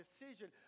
decision